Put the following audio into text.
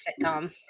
sitcom